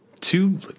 two